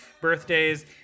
birthdays